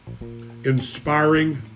inspiring